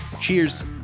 Cheers